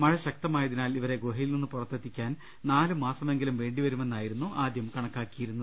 മഴ ശക്തമായതിനാൽ ഇവരെ ഗുഹ യിൽ നിന്ന് പുറത്തെത്തിക്കാൻ നാലുമാസമെങ്കിലും വേണ്ടിവരുമെന്നായി രുന്നു ആദ്യം കണക്കാക്കിയിരുന്നത്